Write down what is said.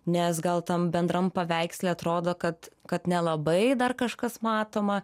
nes gal tam bendram paveiksle atrodo kad kad nelabai dar kažkas matoma